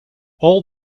all